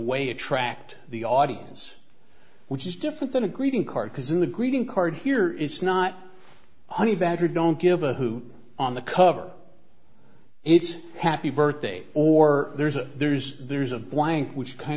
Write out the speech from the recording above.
way attract the audience which is different than a greeting card because in the greeting card here it's not honey badger don't give a hoot on the cover it's happy birthday or there's a there's there's a blank which kind